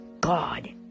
God